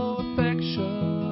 affection